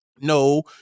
No